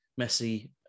Messi